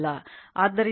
ಆದ್ದರಿಂದ ಇದು 0